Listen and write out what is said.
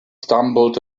stumbled